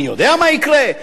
אני יודע מה יקרה?